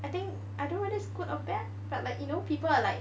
I think I don't know whether it's good or bad but like you know people are like